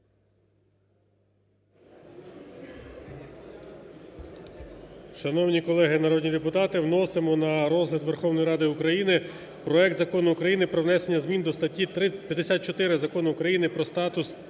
Шановні колеги народні депутати, вносимо на розгляд Верховної Ради України проект Закону України про внесення змін до статті 54 Закону України "Про статус